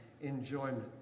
enjoyment